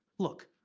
look.